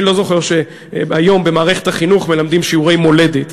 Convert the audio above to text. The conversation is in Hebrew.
אני לא זוכר שהיום במערכת החינוך מלמדים שיעורי מולדת,